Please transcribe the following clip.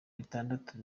bitandatu